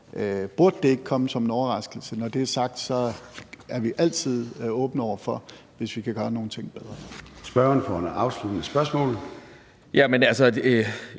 burde det ikke komme som en overraskelse. Når det er sagt, er vi altid åbne over for det, hvis vi kan gøre nogle ting bedre. Kl. 13:17 Formanden (Søren